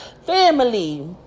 family